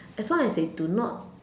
as long as they do not